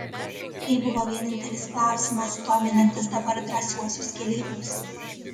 tai buvo vienintelis klausimas dominantis dabar drąsiuosius keleivius